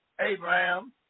Abraham